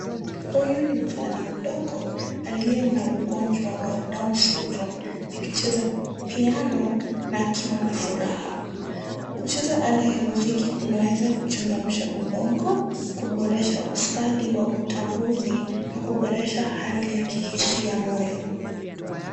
Huyu ni mvulana mdogo aliye na ugonjwa wa ]cs]down sydrome akicheza piano na akiwa na furaha. Kucheza ala ya muziki kunaweza kuchangamsha ubongo, kuboresha ustadi wa utambuzi na kuboresha hali ya kihisia ya moyo.